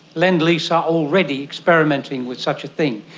lend lease are already experimenting with such a thing.